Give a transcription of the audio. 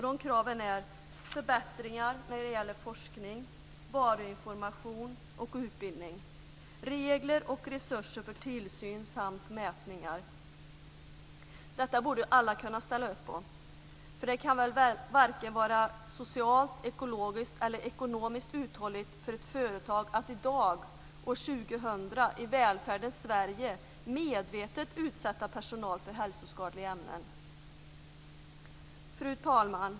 De kraven är följande: förbättring av forskningen, varuinformation och utbildning, regler och resurser för tillsyn samt mätningar. Detta borde alla kunna ställa upp på. Det kan väl varken vara socialt, ekologiskt eller ekonomiskt uthålligt för ett företag att i dag år 2000 i välfärdens Sverige medvetet utsätta personal för hälsoskadliga ämnen. Fru talman!